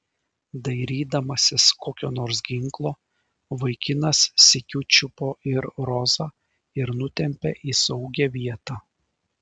dairydamasis kokio nors ginklo vaikinas sykiu čiupo ir rozą ir nutempė į saugią vietą